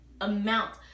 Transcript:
amount